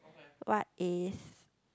what is